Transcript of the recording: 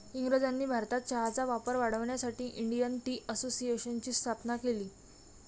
इंग्रजांनी भारतात चहाचा वापर वाढवण्यासाठी इंडियन टी असोसिएशनची स्थापना केली